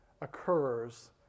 occurs